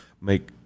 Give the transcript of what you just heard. make